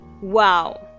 wow